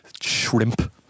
shrimp